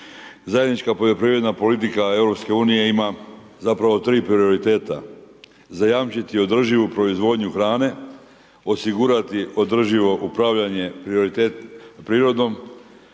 Zajednička poljoprivredna politika EU-a ima zapravo tri prioriteta. Zajamčiti održivu proizvodnju hrane, osigurati održivo upravljanje prirodom